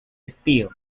estío